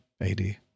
AD